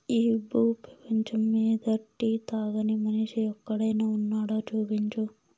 ఈ భూ పేపంచమ్మీద టీ తాగని మనిషి ఒక్కడైనా వున్నాడా, చూపించు